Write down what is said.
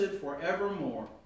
forevermore